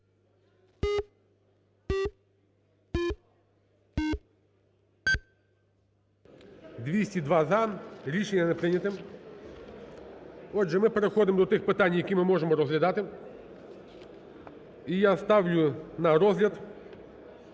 202 - за. Рішення не прийняте. Отже, ми переходимо до тих питань, які ми можемо розглядати. І я ставлю на розгляд